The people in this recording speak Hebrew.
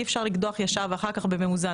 אי אפשר לקדוח ישר ואחר כך במאוזן,